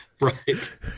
Right